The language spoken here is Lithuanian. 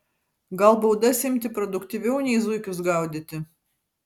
gal baudas imti produktyviau nei zuikius gaudyti